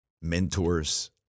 mentors